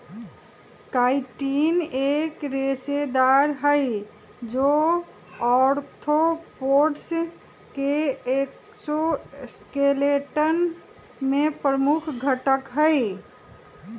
chitin एक रेशेदार हई, जो आर्थ्रोपोड्स के एक्सोस्केलेटन में प्रमुख घटक हई